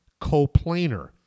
coplanar